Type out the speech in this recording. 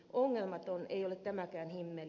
ongelmaton ei ole tämäkään himmeli